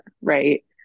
Right